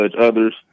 others